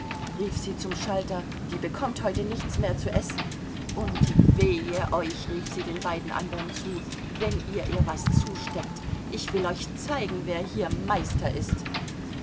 rief sie zum schalter die bekommt heute nichts mehr zu essen und wehe euch rief sie den beiden andern zu wenn ihr ihr was zusteckt ich will euch zeigen wer hier meister ist